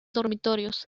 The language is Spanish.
dormitorios